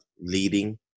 leading